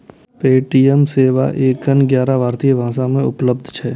Paytm सेवा एखन ग्यारह भारतीय भाषा मे उपलब्ध छै